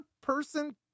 person